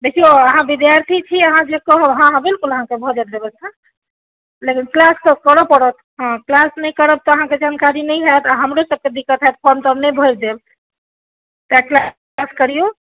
देखिऔ अहाँ विद्यार्थी छी अहाँकेँ कहब बिलकुल अहाँकेँ भऽ जायत व्यवस्था लेकिन क्लास सब करऽ पड़त हँ क्लास नहि करब तऽ अहाँकेँ जानकारी नहि होयत आ हमरो सबके दिक्कत होयत फोर्म तोर्म नहि भरे देब सब क्लास करिऔ